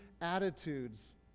attitudes